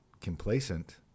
complacent